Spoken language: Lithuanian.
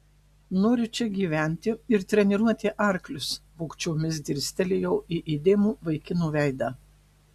noriu čia gyventi ir treniruoti arklius vogčiomis dirstelėjau į įdėmų vaikino veidą